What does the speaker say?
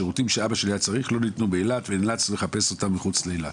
השירות שאבא שלי נזקק לו לא ניתן באילת ונאלצנו לחפש אותם מחוץ לאילת.